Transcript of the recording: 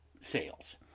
sales